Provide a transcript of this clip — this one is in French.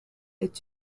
est